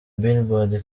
billboard